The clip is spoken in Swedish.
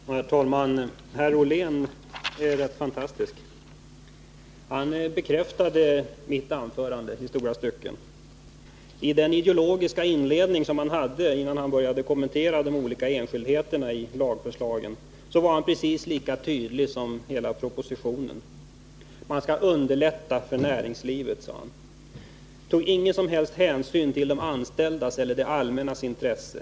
Herr talman! Herr Ollén är rätt fantastisk. Han bekräftade i stora stycken innehållet i mitt anförande. I sin ideologiska inledning, innan han började kommentera de olika enskildheterna i lagförslagen, var han precis lika tydlig som hela propositionen. Man skall underlätta för näringslivet, sade han. Han tog ingen som helst hänsyn till de anställdas eller det allmännas intresse.